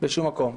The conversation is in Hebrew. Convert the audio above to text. בשום מקום.